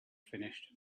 finished